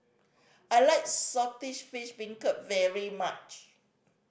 I like Saltish Beancurd very much